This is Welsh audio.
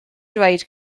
dweud